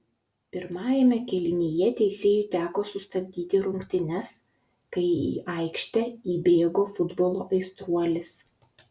pirmajame kėlinyje teisėjui teko sustabdyti rungtynes kai į aikštę įbėgo futbolo aistruolis